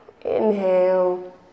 Inhale